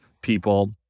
people